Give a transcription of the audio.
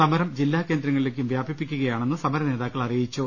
സമരം ജില്ലാ കേന്ദ്രങ്ങളിലേക്കും വ്യാപിപ്പിക്കുകയാണെന്ന് സമരനേതാക്കൾ അറിയിച്ചു